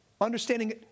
understanding